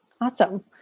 Awesome